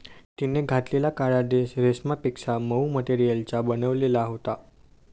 तिने घातलेला काळा ड्रेस रेशमापेक्षा मऊ मटेरियलचा बनलेला होता